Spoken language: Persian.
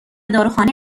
داروخانه